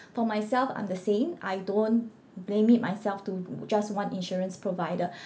for myself I'm the same I don't limit myself to just one insurance provider